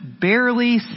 barely